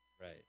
Right